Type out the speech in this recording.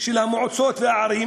של המועצות והערים